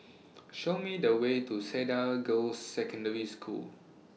Show Me The Way to Cedar Girls' Secondary School